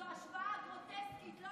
זאת השוואה גרוטסקית.